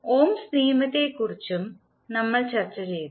Ohm's നിയമത്തെക്കുറിച്ചും നമ്മൾ ചർച്ച ചെയ്തു